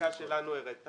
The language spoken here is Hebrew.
הבדיקה שלנו הראתה